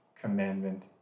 commandment